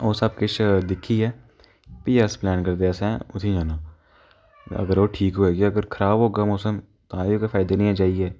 ओह् सब किश दिक्खियै फ्ही अस प्लेन करदे असें कु'त्थें ई जाना अगर ओह् ठीक होइया अगर खराब होगा मौसम तां बी कोई फायदा निं ऐ जाइयै